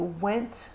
went